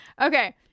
Okay